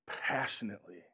passionately